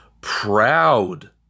proud